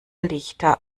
lichter